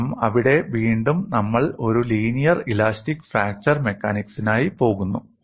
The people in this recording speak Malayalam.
കാരണം അവിടെ വീണ്ടും നമ്മൾ ഒരു ലീനിയർ ഇലാസ്റ്റിക് ഫ്രാക്ചർ മെക്കാനിക്സിനായി പോകുന്നു